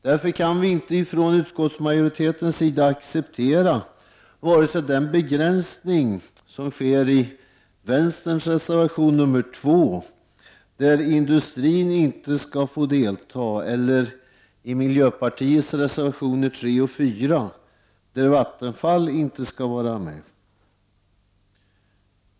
Därför kan vi inte från utskottsmajoritetens sida acceptera den begränsning som sker vare sig i vänsterpartiets reservation 2, där industrin inte skall få delta, eller i miljöpartiets reservationer 3 och 4, där Vattenfall inte skall vara med.